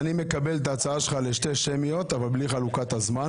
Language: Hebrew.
אני מקבל את ההצעה שלך לשתי שמיות אבל בלי חלוקת הזמן.